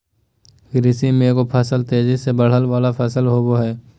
कृषि में एगो फसल तेजी से बढ़य वला फसल होबय हइ